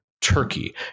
Turkey